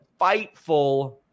fightful